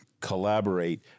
collaborate